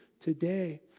today